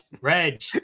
Reg